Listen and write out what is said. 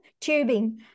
tubing